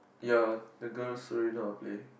ya the girls surely know how to play